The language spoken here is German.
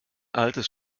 altes